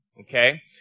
Okay